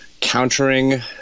countering